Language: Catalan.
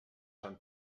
sant